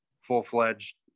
full-fledged